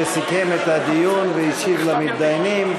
שסיכם את הדיון והשיב למתדיינים.